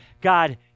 God